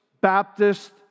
Baptist